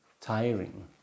tiring